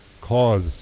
cause